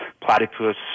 Platypus